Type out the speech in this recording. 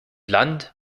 land